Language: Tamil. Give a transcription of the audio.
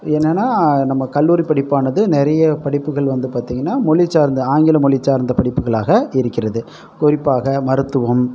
என்னன்னா நம் கல்லூரி படிப்பானது நிறைய படிப்புகள் வந்து பார்த்திங்கன்னா மொழிச்சார்ந்து ஆங்கில மொழிச்சார்ந்த படிப்புகளாக இருக்கிறது குறிப்பாக மருத்துவம்